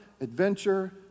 adventure